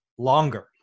Longer